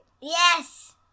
Yes